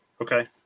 Okay